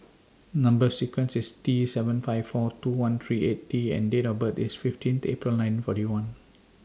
Number sequence IS T seven five four two one three eight T and Date of birth IS fifteen April nineteen forty one